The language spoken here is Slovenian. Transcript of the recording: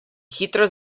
hitro